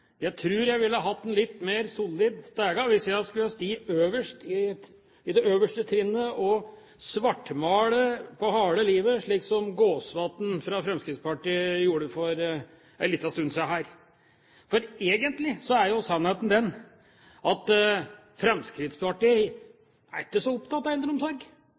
Jeg tror jeg ville hatt en litt mer solid stige hvis jeg skulle ha stått på det øverste trinnet og svartmalt på harde livet slik som Jæger Gåsvatn fra Fremskrittspartiet gjorde for en liten stund siden her. For egentlig er sannheten den at Fremskrittspartiet ikke er så opptatt av eldreomsorg